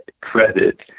credit